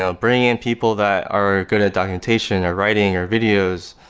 ah bringing people that are good at documentation, or writing, or videos,